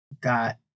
got